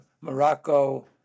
Morocco